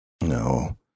No